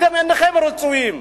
אתם אינכם רצויים?